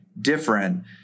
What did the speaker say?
different